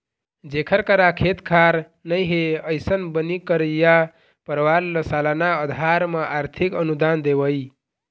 जेखर करा खेत खार नइ हे, अइसन बनी करइया परवार ल सलाना अधार म आरथिक अनुदान देवई